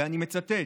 ואני מצטט: